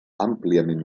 àmpliament